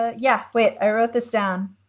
ah yeah. when i wrote this down,